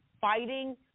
fighting